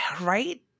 right